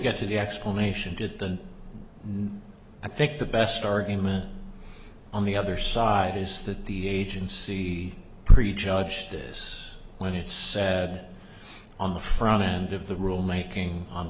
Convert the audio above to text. get to the explanation that the i think the best argument on the other side is that the agency prejudge this when it's on the front end of the rule making